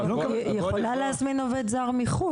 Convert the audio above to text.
היא יכולה להזמין עובד זר מחו"ל,